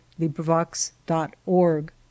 LibriVox.org